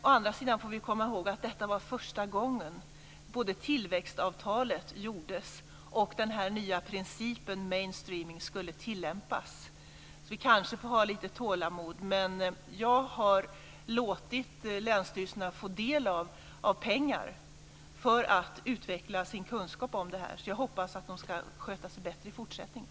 Å andra sidan får vi komma ihåg att detta var första gången som tillväxtavtalet gjordes och den nya principen mainstreaming skulle tillämpas. Så vi kanske får ha lite tålamod. Jag har låtit länsstyrelserna få del av pengar för att utveckla sin kunskap om detta, så jag hoppas att de ska sköta sig bättre i fortsättningen.